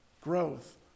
growth